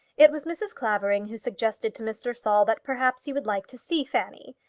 it was mrs. clavering who suggested to mr. saul that perhaps he would like to see fanny.